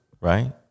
right